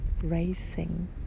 racing